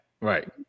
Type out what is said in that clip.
Right